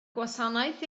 gwasanaeth